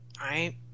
right